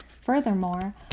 Furthermore